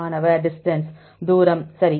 மாணவர் டிஸ்டன்ஸ் தூரம் சரி